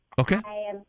Okay